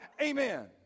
Amen